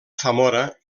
zamora